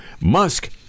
Musk